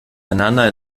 einander